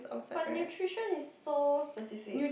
but nutrition is so specific